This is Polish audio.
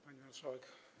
Pani Marszałek!